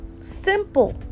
simple